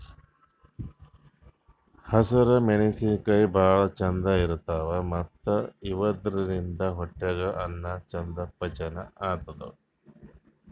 ಹಸ್ರ್ ಮೆಣಸಿನಕಾಯಿ ಭಾಳ್ ಖಾರ ಇರ್ತವ್ ಮತ್ತ್ ಇವಾದ್ರಿನ್ದ ಹೊಟ್ಯಾಗ್ ಅನ್ನಾ ಚಂದ್ ಪಚನ್ ಆತದ್